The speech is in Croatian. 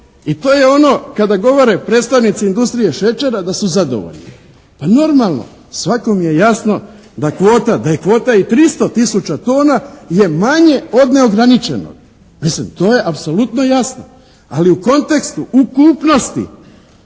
i to je ono kada govore predstavnici industrije šećera da su zadovoljni. Pa normalno. Svakom je jasno da kvota, da je kvota i 300 tisuća tona je manje od neograničenog. Mislim, to je apsolutno jasno. Ali u kontekstu ukupnosti